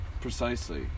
Precisely